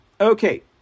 Okay